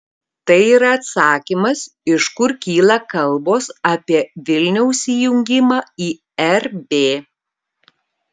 tai yra atsakymas iš kur kyla kalbos apie vilniaus įjungimą į rb